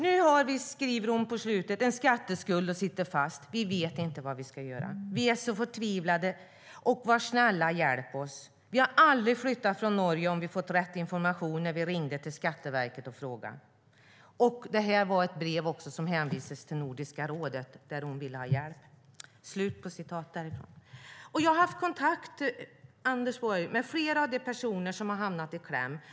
Nu har vi, skriver hon på slutet, en skatteskuld och sitter fast. Vi vet inte vad vi ska göra. Vi är så förtvivlade. Var snälla och hjälp oss! Vi hade aldrig flyttat från Norge om vi hade fått rätt information när vi ringde till Skatteverket och frågade. Det här är ett brev som också ställdes till Nordiska rådet där hon ville ha hjälp. Jag har haft kontakt, Anders Borg, med flera personer som har hamnat i kläm.